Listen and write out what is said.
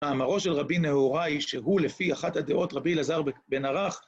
האמרו של רבי נהוראי, שהוא לפי אחת הדעות רבי אלעזר בן ערך